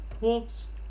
wolves